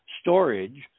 storage